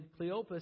Cleopas